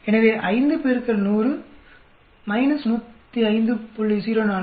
எனவே 5 x 100 105